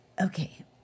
Okay